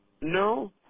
No